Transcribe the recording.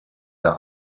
der